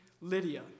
Lydia